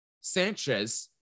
Sanchez